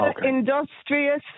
industrious